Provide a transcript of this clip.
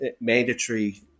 mandatory